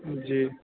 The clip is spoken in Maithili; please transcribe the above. जी